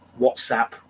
WhatsApp